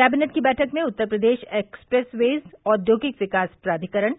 cabinet की बैठक में उत्तर प्रदेश एक्सप्रेसवेज औद्योगिक विकास प्राधिकरण